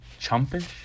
chumpish